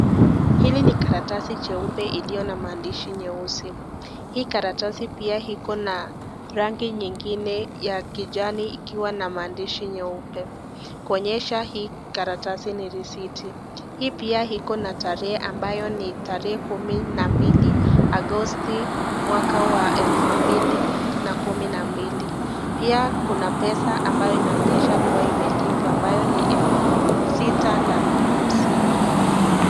Hili ni karatasi cheupe iliyo na maandishi nyeuse. Hii karatasi pia iko na rangi nyingine ya kijani ikiwa na maandishi nyeupe. Kuonyesha hii karatasi ni risiti. Hii pia iko na tarehe ambayo ni tarehe 12 Agosti mwaka wa 2022. Pia kuna pesa ambayo inaonyesha kuwa imelipwa ambayo ni elfu sita na hamsini.